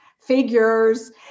figures